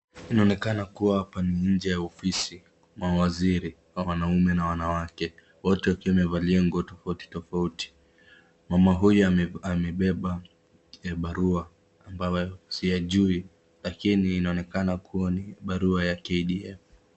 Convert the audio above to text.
Inaonekana kuwa pale ni nje ya ofisi ya mawaziri wa wanaume na wanawake wote wakiwa wamevalia nguo tofauti tofauti. Mama huyu ame amebeba barua ambayo siyajui lakini inaonekana kuwa ni barua ya KDF.